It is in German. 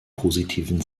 positiven